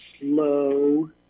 slow